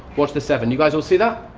watch the seven. you guys all see that?